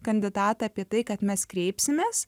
kandidatą apie tai kad mes kreipsimės